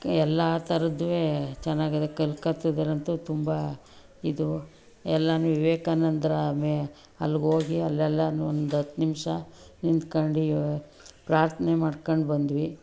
ಎಲ್ಲ ಥರದ್ದೂ ಚೆನ್ನಾಗಿದೆ ಕಲ್ಕತ್ತದಲ್ಲಂತೂ ತುಂಬ ಇದು ಎಲ್ಲನೂ ವಿವೇಕಾನಂದರ ಮೆ ಅಲ್ಲಿಗೋಗಿ ಅಲ್ಲೆಲ್ಲನೂ ಒಂದು ಹತ್ತು ನಿಮಿಷ ನಿಂತ್ಕೊಂಡು ಯೋ ಪ್ರಾರ್ಥನೆ ಮಾಡ್ಕೊಂಡ್ಬಂದ್ವಿ